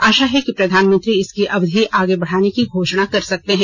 आशा है कि प्रधानमंत्री इसकी अवधि आगे बढ़ाने की घोषणा कर सकते हैं